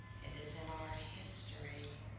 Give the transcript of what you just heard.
it is in our history,